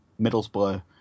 Middlesbrough